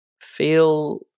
feel